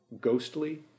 ghostly